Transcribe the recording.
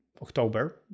October